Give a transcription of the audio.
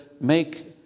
make